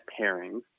pairings